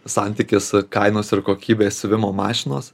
santykis kainos ir kokybės siuvimo mašinos